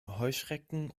heuschrecken